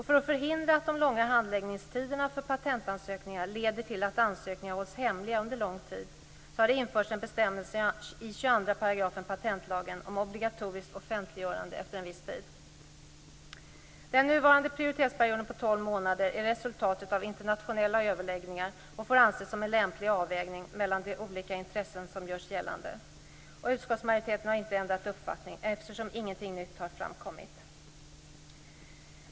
För att förhindra att de långa handläggningstiderna för patentansökningar leder till att ansökningar hålls hemliga under lång tid har det införts en bestämmelse i 22 § Den nuvarande prioritetsperioden på 12 månader är resultatet av internationella överläggningar och får anses som en lämplig avvägning mellan de olika intressen som gör sig gällande. Utskottsmajoriteten har inte ändrat uppfattning, eftersom inget nytt har framkommit.